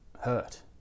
hurt